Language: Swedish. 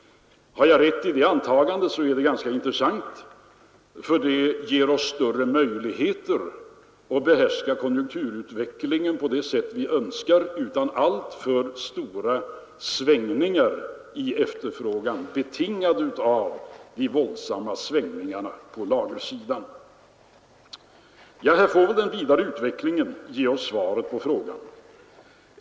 Har jag rätt i det antagandet är det ganska intressant för det ger oss större möjligheter att behärska konjunkturutvecklingen på det sätt vi önskar utan alltför stora svängningar i efterfrågan, betingade av de våldsamma svängningarna på lagersidan. Här får den vidare utvecklingen ge oss svaret på frågan.